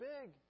big